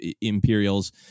Imperials